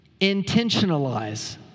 Intentionalize